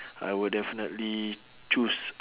I will definitely choose